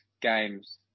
games